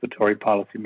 policymaking